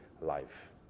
life